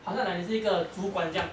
好像 like 你是一个主管这样